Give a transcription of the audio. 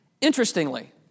Interestingly